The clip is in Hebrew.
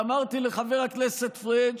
ואמרתי לחבר הכנסת פריג':